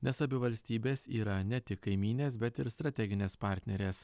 nes abi valstybės yra ne tik kaimynės bet ir strateginės partnerės